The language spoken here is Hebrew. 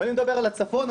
ואני מדבר על הצפון,